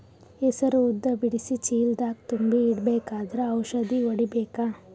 ಹೆಸರು ಉದ್ದ ಬಿಡಿಸಿ ಚೀಲ ದಾಗ್ ತುಂಬಿ ಇಡ್ಬೇಕಾದ್ರ ಔಷದ ಹೊಡಿಬೇಕ?